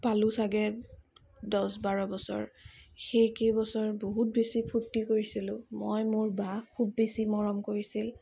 পালোঁ চাগে দহ বাৰ বছৰ সেই কেইবছৰ বহুত বেছি ফুৰ্তি কৰিছিলোঁ মই মোৰ বা খুব বেছি মৰম কৰিছিল